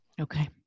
Okay